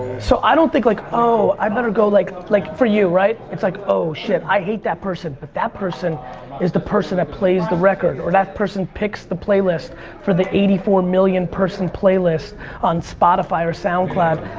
so i don't think like oh, i better go like like. for you, right? it's like, oh shit i hate that person but that person is the person that plays the record or that person picks the playlist for the eighty four million person playlist on spotify or soundcloud.